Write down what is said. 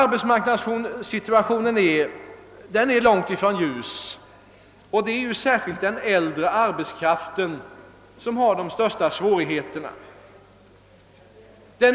Arbetsmarknadssituationen är långt ifrån ljus, och det är särskilt den äldre arbetskraften som har de största svårigheterna.